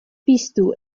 piztu